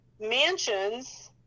mansions